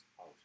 out